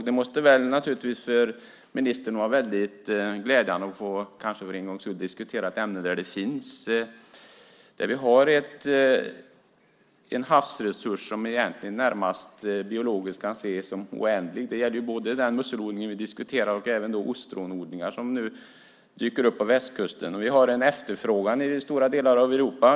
Det måste ju vara väldigt glädjande för ministern att för en gångs skull få diskutera ett ämne där vi har en havsresurs som biologiskt närmast kan ses som oändlig. Det gäller ju både den musselodling vi diskuterar och även ostronodlingar som nu dyker upp på västkusten. Vi har en efterfrågan i stora delar av Europa.